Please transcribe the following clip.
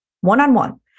one-on-one